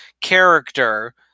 character